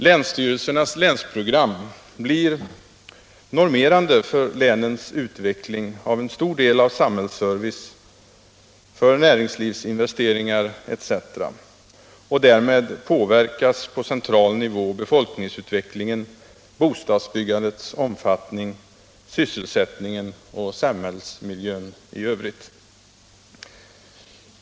Länsstyrelsernas länsprogram blir normerade för länens utveckling av en stor del av samhällsservice, näringsinvesteringar etc. Därmed påverkas på central nivå befolkningsutvecklingen, bostadsbyggandets omfattning, sysselsättningen och samhällsmiljön i övrigt.